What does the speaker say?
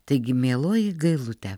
taigi mieloji gailute